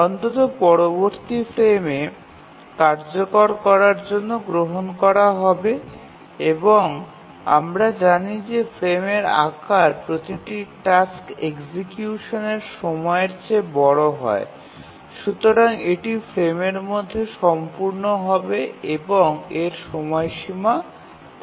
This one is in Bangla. অন্তত পরবর্তী ফ্রেমে কার্যকর করার জন্য গ্রহণ করা হবে এবং আমরা জানি যে ফ্রেমের আকার প্রতিটি টাস্ক এক্সিকিউশন সময়ের চেয়ে বড় হয় সুতরাং এটি ফ্রেমের মধ্যে সম্পূর্ণ হবে এবং এর সময়সীমা তার পরে আসবে